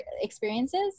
experiences